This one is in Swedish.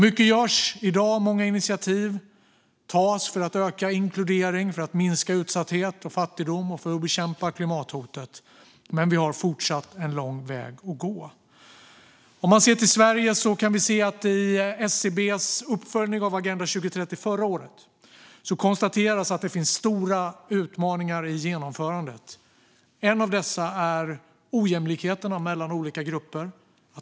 Mycket görs i dag. Många initiativ tas för att öka inkludering, för att minska utsatthet och fattigdom och för att bekämpa klimathotet. Men vi har fortfarande en lång väg att gå. Om vi ser till Sverige kan vi se att SCB i sin uppföljning av Agenda 2030 förra året konstaterar att det finns stora utmaningar i genomförandet. En av dessa är ojämlikheter mellan olika grupper.